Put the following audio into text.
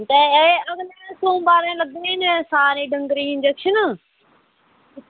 ते सोमवारें लग्गनै न सारें डगरें ई इंजेक्शन